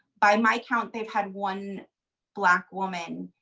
by my count, they had one black woman